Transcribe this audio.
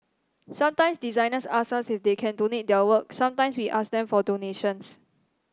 sometimes designers ask us if they can donate their work sometimes we ask them for donations